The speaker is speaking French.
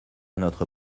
notre